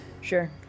Sure